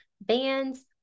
bands